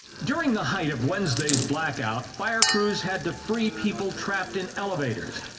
during the height of wednesday's blackout, fire crews had to free people trapped in elevators.